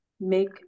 make